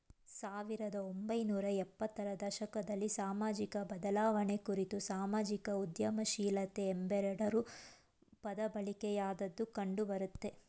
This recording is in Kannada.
ಸಾವಿರದ ಒಂಬೈನೂರ ಎಪ್ಪತ್ತ ರ ದಶಕದಲ್ಲಿ ಸಾಮಾಜಿಕಬದಲಾವಣೆ ಕುರಿತು ಸಾಮಾಜಿಕ ಉದ್ಯಮಶೀಲತೆ ಎಂಬೆರಡು ಪದಬಳಕೆಯಾದದ್ದು ಕಂಡುಬರುತ್ತೆ